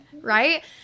right